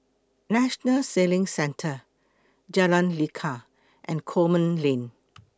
National Sailing Centre Jalan Lekar and Coleman Lane